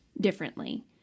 differently